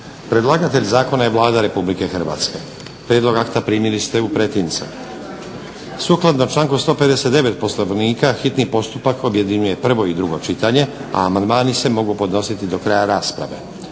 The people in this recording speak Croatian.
Predlagatelj zakona je Vlada Republike Hrvatske. Prijedlog akta primili ste u pretince. Sukladno članku 159. Poslovnika hitni postupak objedinjuje prvo i drugo čitanje. Amandmani se mogu podnositi do kraja rasprave.